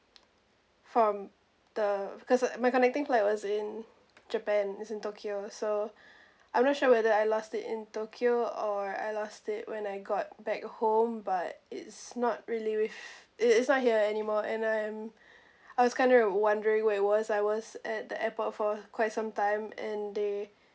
from the because uh my connecting flight was in japan it's in tokyo so I'm not sure whether I lost it in tokyo or I lost it when I got back home but it's not really with it is not here anymore and I am I was kind of wondering where it was I was at the airport for quite some time and they